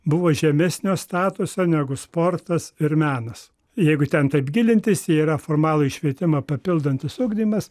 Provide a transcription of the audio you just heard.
buvo žemesnio statuso negu sportas ir menas jeigu ten taip gilintis jei yra formalųjį švietimą papildantis ugdymas